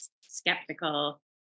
skeptical